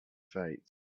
fate